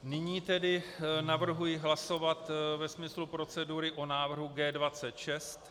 Nyní tedy navrhuji hlasovat ve smyslu procedury o návrhu G26.